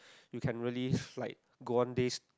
you can really like go one days